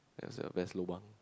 that's a best lobang